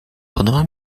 podoba